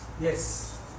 Yes